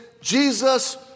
Jesus